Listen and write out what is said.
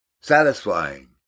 satisfying